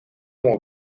como